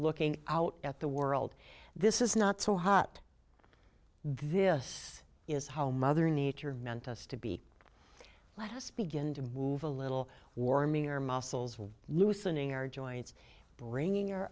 looking out at the world this is not so hot this is how mother nature meant us to be last begin to move a little warm in your muscles for loosening our joints bringing your